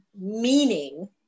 meaning